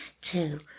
two